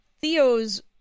Theo's